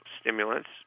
stimulants